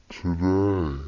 today